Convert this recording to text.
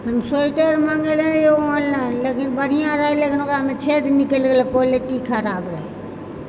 हम स्वेटर मङ्गेले रहिए ऑनलाइन लेकिन बढ़िआँ रहैए लेकिन ओकरामे छेद निकलि गेलए क्वालिटी खराब रहैए